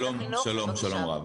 שלום רב,